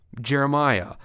Jeremiah